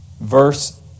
verse